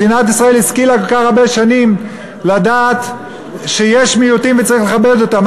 מדינת ישראל השכילה כל כך הרבה שנים לדעת שיש מיעוטים וצריך לכבד אותם.